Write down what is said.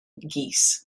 geese